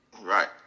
Right